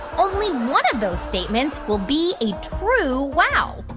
only one of those statements will be a true wow.